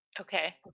Okay